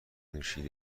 نوشیده